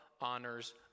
honors